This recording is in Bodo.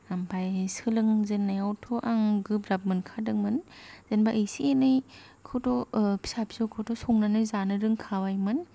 ओमफाय सोलोंजेन्नायाव थ' आं गोब्राब मोनखादोंमोन जेनबा इसे एनैखौथ' फिसा फिसौखोथ' संनानै जानो रोंखाबायमोन